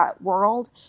world